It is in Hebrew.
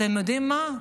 אתם יודעים מה?